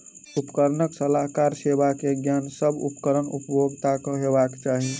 उपकरणक सलाहकार सेवा के ज्ञान, सभ उपकरण उपभोगता के हेबाक चाही